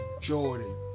Jordan